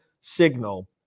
signal